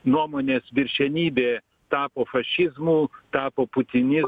nuomonės viršenybė tapo fašizmu tapo putiniz